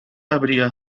había